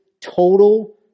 total